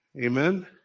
Amen